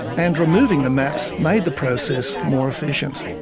and removing the maps made the process more efficient.